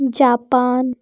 Japan